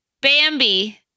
Bambi